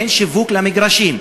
אין שיווק של מגרשים.